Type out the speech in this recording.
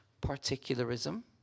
particularism